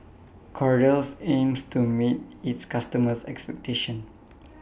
Kordel's aims to meet its customers' expectations